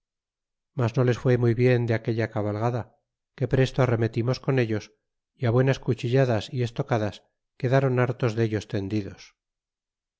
mas no les fue muy bien de aquella cabalgada que presto arremetimos con ellos y buenas cuchilladas y estocadas quedron hartos dellos tendidos